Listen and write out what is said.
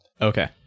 Okay